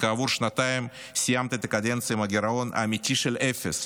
וכעבור שנתיים סיימת את הקדנציה עם גירעון אמיתי של אפס,